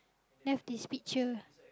left this picture